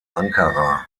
ankara